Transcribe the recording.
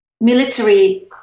military